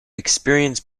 experience